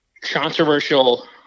controversial